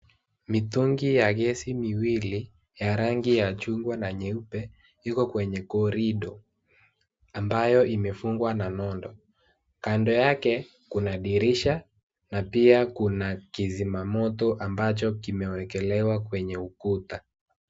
Mitungi ya gesi miwili ya rangi chungwa na nyeupe iko kwenye corridor ambayo imefungwa na nondo. Kando yake kuna dirisha na pia kuna kizima moto amabcho kimewekelewa kwenye ukuta.